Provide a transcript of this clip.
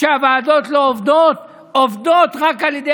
שהוועדות לא עובדות, עובדות רק על ידי